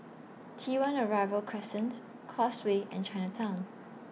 T one Arrival Crescent Causeway and Chinatown